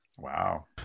Wow